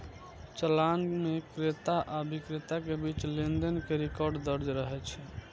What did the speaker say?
चालान मे क्रेता आ बिक्रेता के बीच लेनदेन के रिकॉर्ड दर्ज रहै छै